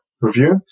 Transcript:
review